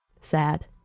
sad